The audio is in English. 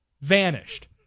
Vanished